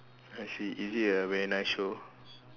I see is it a very nice show